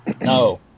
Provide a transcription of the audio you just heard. No